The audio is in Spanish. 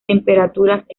temperaturas